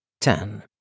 Ten